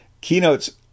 keynotes